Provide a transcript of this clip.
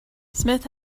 smith